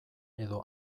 edo